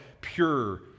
pure